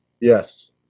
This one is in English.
Yes